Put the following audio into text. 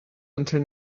until